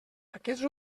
aquests